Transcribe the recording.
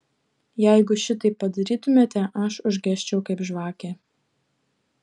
jeigu šitaip padarytumėte aš užgesčiau kaip žvakė